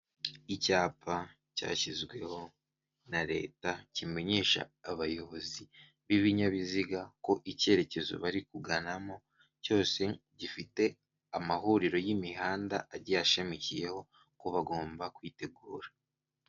Icyapa cyashyizweho na leta kimenyesha abayobozi b'ibinyabiziga ko icyerekezo bari kuganamo cyose gifite amahuriro y'imihanda agiye ashamikiyeho ko bagomba kwitegura.